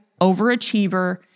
overachiever